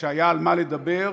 כשהיה על מה לדבר,